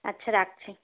আচ্ছা রাখছি